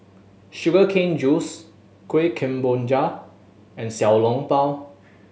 sugar cane juice Kueh Kemboja and Xiao Long Bao